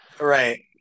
right